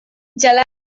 gelada